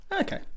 okay